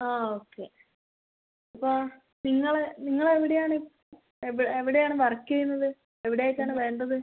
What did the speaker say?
ആ ഓക്കെ ഇപ്പോൾ നിങ്ങൾ നിങ്ങളെവിടെയാണ് എവിടെയാണ് വർക്ക് ചെയ്യുന്നത് എവിടെ ആയിട്ടാണ് വേണ്ടത്